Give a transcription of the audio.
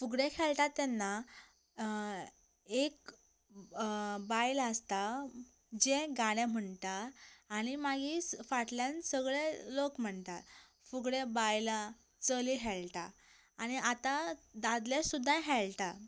फुगड्यो खेळटा तेन्ना एक बायल आसता जें गाणें म्हणटा आनी मागीर फाटल्यान सगले लोक म्हणटात फुगडे बायलां चली खेळटा आनी आतां दादले सुद्दा खेळटा